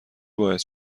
باعث